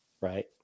right